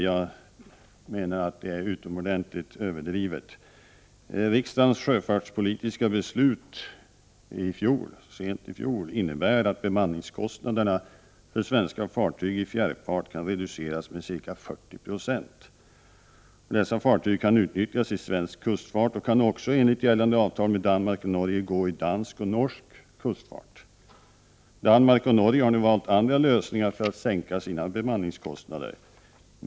Jag menar att det är utomordentligt överdrivet. Riksdagens sjöfartspolitiska beslut, som fattades så sent som i fjol, innebär att bemanningskostnaderna för svenska fartyg i fjärrfart kan reduceras med ca 40 20. Dessa fartyg kan utnyttjas i svensk kustfart och kan också, enligt avtal med Danmark och Norge, gå i dansk och norsk kustfart. Danmark och Norge har valt andra lösningar för att sänka bemanningskostnaderna.